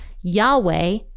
Yahweh